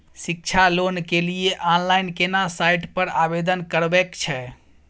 शिक्षा लोन के लिए ऑनलाइन केना साइट पर आवेदन करबैक छै?